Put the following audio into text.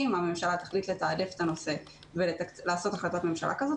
אם הממשלה תחליט לתעדף את הנושא ולעשות החלטת ממשלה כזאת,